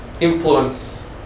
influence